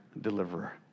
deliverer